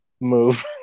move